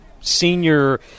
senior